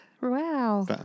wow